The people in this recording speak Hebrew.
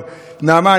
נעמה,